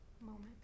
moment